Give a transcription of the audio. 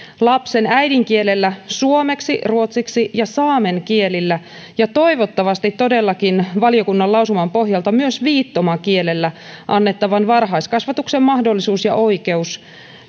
lapsen äidinkielellä suomeksi ruotsiksi ja saamen kielillä ja toivottavasti todellakin valiokunnan lausuman pohjalta myös viittomakielellä annettavan varhaiskasvatuksen mahdollisuus ja oikeus